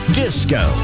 disco